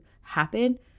happen